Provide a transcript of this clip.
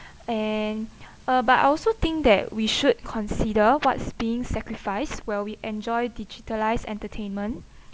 and uh but I also think that we should consider what's being sacrificed where we enjoy digitalised entertainment